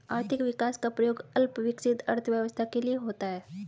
आर्थिक विकास का प्रयोग अल्प विकसित अर्थव्यवस्था के लिए होता है